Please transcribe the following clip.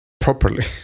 properly